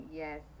yes